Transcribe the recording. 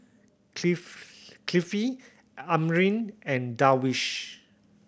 Kifli Amrin and Darwish